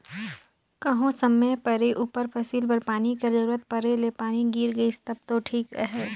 कहों समे परे उपर फसिल बर पानी कर जरूरत परे ले पानी गिर गइस तब दो ठीक अहे